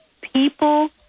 people